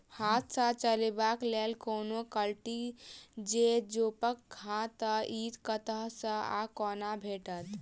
हाथ सऽ चलेबाक लेल कोनों कल्टी छै, जौंपच हाँ तऽ, इ कतह सऽ आ कोना भेटत?